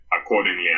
accordingly